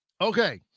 Okay